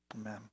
Amen